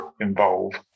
involved